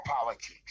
politics